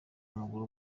w’amaguru